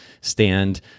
stand